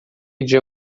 dia